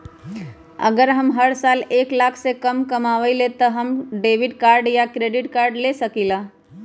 अगर हम हर साल एक लाख से कम कमावईले त का हम डेबिट कार्ड या क्रेडिट कार्ड ले सकीला?